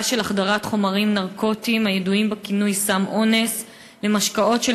של החדרת חומרים נרקוטיים הידועים בכינוי "סם אונס" למשקאות של